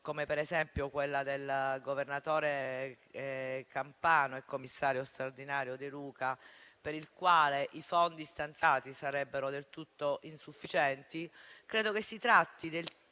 come quella del governatore campano e commissario straordinario De Luca, per il quale i fondi stanziati sarebbero del tutto insufficienti, credo si tratti invece